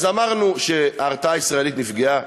אז אמרנו שההרתעה הישראלית נפגעה,